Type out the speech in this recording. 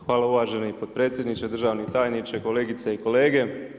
Hvala uvaženi potpredsjedniče, državni tajniče, kolegice i kolege.